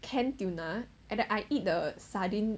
canned tuna and then I eat the sardine